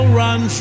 run